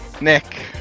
Nick